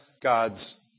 God's